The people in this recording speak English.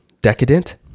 decadent